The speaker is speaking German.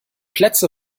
plätze